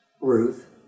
Ruth